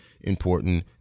important